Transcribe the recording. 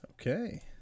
Okay